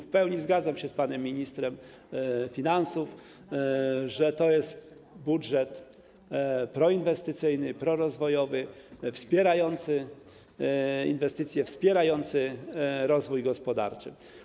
W pełni zgadzam się z panem ministrem finansów, że to jest budżet proinwestycyjny, prorozwojowy, wspierający inwestycje, wspierający rozwój gospodarczy.